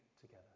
together